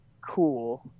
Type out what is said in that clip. cool